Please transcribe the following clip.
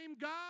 God